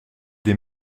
des